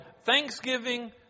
thanksgiving